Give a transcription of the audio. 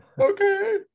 okay